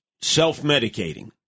Self-medicating